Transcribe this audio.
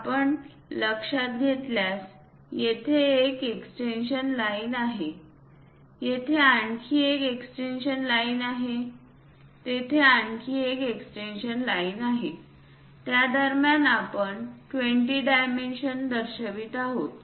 आपण लक्षात घेतल्यास येथे एक एक्सटेन्शन लाईन आहे येथे आणखी एक एक्सटेन्शन लाइन आहे तेथे आणखी एक एक्सटेन्शन लाइन आहे त्या दरम्यान आपण 20 डायमेन्शन दर्शवित आहोत